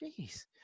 Jeez